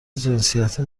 جنسیتی